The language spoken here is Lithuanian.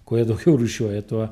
kuo daugiau rūšiuoja tuo